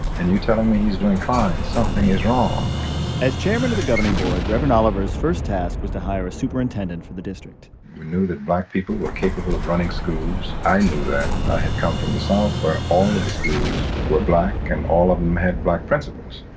and you're telling me he's doing fine? something is wrong as chairman of the governing board, reverend oliver's first task was to hire a superintendent for the district knew that black people were capable of running schools. i knew that. i had come from the south, where all of the schools were black, and all of them had black principals.